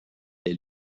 les